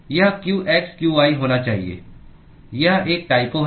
यह qx qy होना चाहिए यह एक टाइपो है